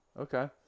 Okay